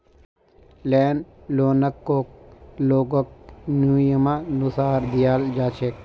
land लोनकको लोगक नियमानुसार दियाल जा छेक